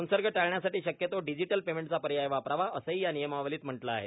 संसर्ग टाळण्यासाठी शक्यतो डिजीटल पेमेंटचा पर्याय वापरावा असंही या नियमावलीत म्हटलं आहे